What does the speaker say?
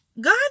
God